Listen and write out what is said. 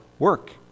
Work